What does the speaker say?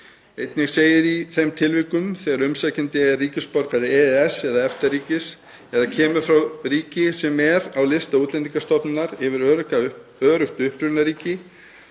Einnig segir að í þeim tilvikum þegar umsækjandi er ríkisborgari EES- eða EFTA-ríkis, eða kemur frá ríki sem er á lista Útlendingastofnunar yfir öruggt upprunaríki